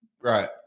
right